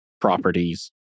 properties